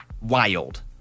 Wild